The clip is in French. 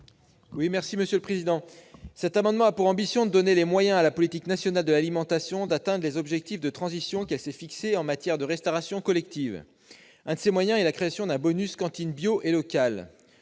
Guillaume Gontard. Cet amendement a pour ambition de donner les moyens à la politique nationale de l'alimentation d'atteindre les objectifs de transition qu'elle s'est fixés en matière de restauration collective. Un de ces moyens est la création d'un « bonus cantines bio et locales